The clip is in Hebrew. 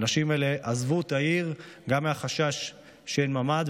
האנשים עזבו את העיר גם מהחשש שאין ממ"ד.